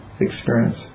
experience